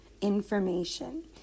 Information